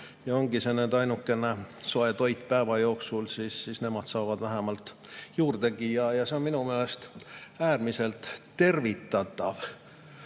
ongi see ainuke soe toit päeva jooksul, saavad vähemalt juurdegi ja see on minu meelest äärmiselt tervitatav.